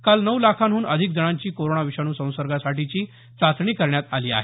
काल नऊ लाखाहून आधिक जणांची कोरोना विषाणू संसर्गासाठी चाचणी करण्यात आली आहे